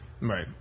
Right